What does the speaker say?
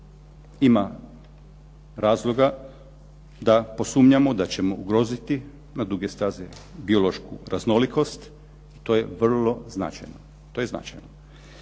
Ima razloga da posumnjamo da ćemo ugroziti na duge staze biološku raznolikost i to je vrlo značajno.